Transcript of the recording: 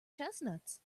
chestnuts